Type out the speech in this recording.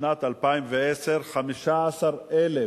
בשנת 2010, 15,000